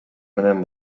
менен